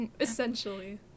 Essentially